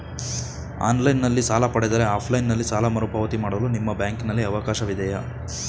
Online ನಲ್ಲಿ ಸಾಲ ಪಡೆದರೆ ಆಫ್ಲೈನ್ ನಲ್ಲಿ ಸಾಲ ಮರುಪಾವತಿ ಮಾಡಲು ನಿಮ್ಮ ಬ್ಯಾಂಕಿನಲ್ಲಿ ಅವಕಾಶವಿದೆಯಾ?